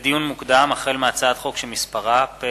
לדיון מוקדם: החל בהצעת חוק פ/1856/18